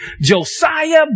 Josiah